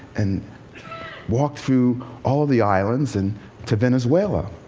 and walked through all of the islands, and to venezuela.